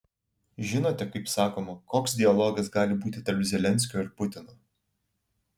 žinote kaip sakoma koks dialogas gali būti tarp zelenskio ir putino